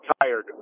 tired